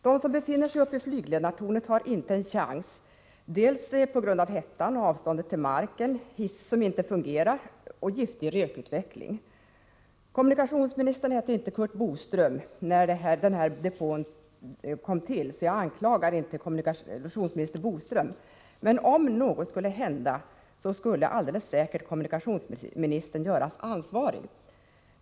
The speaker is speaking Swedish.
De som befinner sig uppe i flygledartornet har inte en chans, bl.a. på grund av hettan, avståndet till marken, obrukbara hissar och giftig rökutveckling. Kommunikationsministern hette inte Curt Boström när den här depån kom till, så jag anklagar inte den nuvarande kommunikationsministern. Men om något skulle hända, gjordes säkert kommunikationsministern ansvarig.